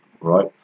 right